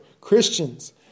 Christians